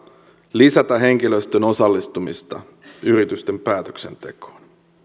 lisätä henkilöstön osallistumista yritysten päätöksentekoon